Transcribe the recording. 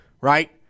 right